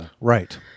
Right